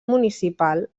municipal